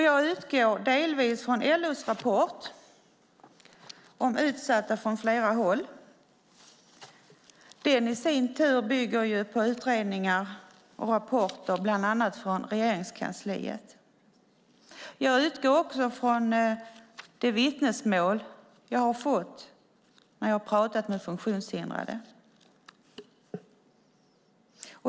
Jag utgår delvis från LO:s rapport Utsatta från flera håll - situationen för funktionsnedsatta på arbetsmarknaden . Den bygger i sin tur på utredningar och rapporter från bland annat Regeringskansliet. Jag utgår också från de vittnesmål jag har fått när jag har pratat med funktionshindrade.